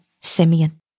Simeon